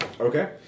Okay